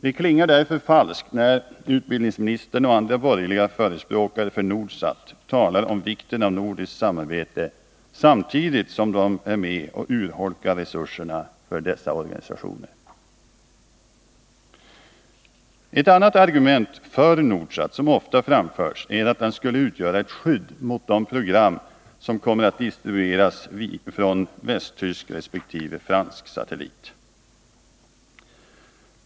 Det klingar därför falskt när utbildningsministern och andra borgerliga förespråkare för Nordsat talar om vikten av nordiskt samarbete samtidigt som de urholkar resurserna för dessa organisationer. Ett annat argument för Nordsat som ofta framförs är att den skulle utgöra 37 ett skydd mot de program som kommer att distributeras från västtysk resp. fransk satellit.